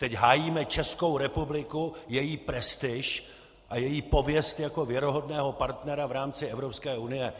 Teď hájíme Českou republiku, její prestiž a její pověst jako věrohodného partnera v rámci Evropské unie.